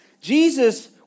Jesus